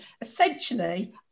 Essentially